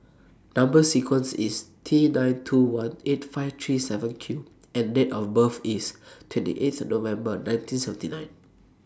Number sequence IS T nine two one eight five three seven Q and Date of birth IS twenty eight November nineteen seventy nine